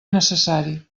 necessari